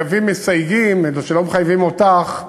כקווים מסייגים שלא מחייבים אותך,